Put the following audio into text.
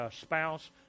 spouse